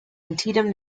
antietam